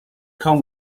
come